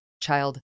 child